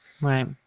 Right